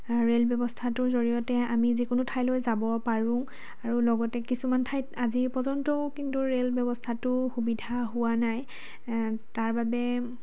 rail ব্যৱস্থাটোৰ জৰিয়তে আমি যিকোনো ঠাইলৈ যাব পাৰোঁ আৰু লগতে কিছুমান ঠাইত আজি পৰ্যন্তও কিন্ত ৰে'ল ব্যৱস্থাটো সুবিধা হোৱা নাই তাৰ বাবে